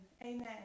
Amen